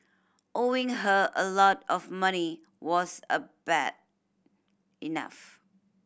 owing her a lot of money was a bad enough